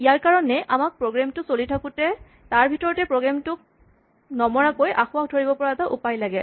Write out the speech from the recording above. ইয়াৰ কাৰণে আমাক প্ৰগ্ৰেম টো চলি থাকোঁতে তাৰ ভিতৰত প্ৰগ্ৰেম টোক নমৰাকৈ আসোঁৱাহ ধৰিব পৰা এটা উপায় লাগে